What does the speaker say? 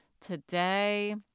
today